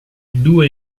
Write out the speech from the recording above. due